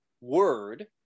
word